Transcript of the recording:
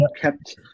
kept